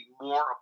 more